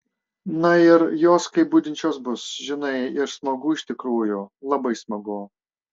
na ir jos kaip budinčios bus žinai ir smagu iš tikrųjų labai smagu